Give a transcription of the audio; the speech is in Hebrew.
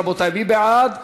רבותי, מי בעד?